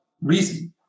reason